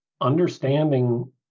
understanding